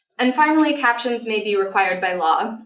and finally, captions may be required by law.